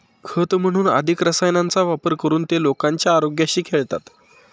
खत म्हणून अधिक रसायनांचा वापर करून ते लोकांच्या आरोग्याशी खेळतात